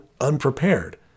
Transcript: unprepared